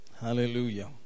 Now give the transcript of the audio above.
Hallelujah